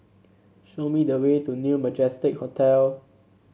show me the way to New Majestic Hotel